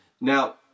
Now